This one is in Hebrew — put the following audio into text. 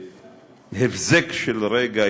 בהבזק של רגע,